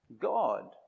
God